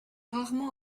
rarement